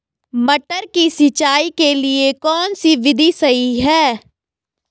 मटर की सिंचाई के लिए कौन सी विधि सही है?